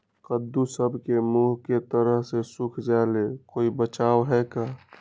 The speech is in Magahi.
कददु सब के मुँह के तरह से सुख जाले कोई बचाव है का?